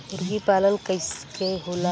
मुर्गी पालन कैसे होला?